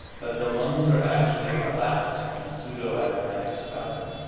that the lungs are actually collapsed in a pseudo-asthmatic spasm.